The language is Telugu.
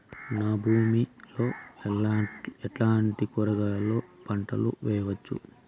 నా భూమి లో ఎట్లాంటి కూరగాయల పంటలు వేయవచ్చు?